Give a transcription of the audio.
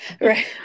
right